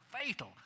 fatal